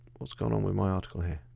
what's going on with my article here?